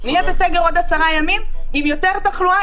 יהיה פה סגר עוד עשרה ימים עם יותר תחלואה,